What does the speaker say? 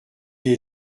est